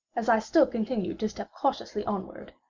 as i still continued to step cautiously onward,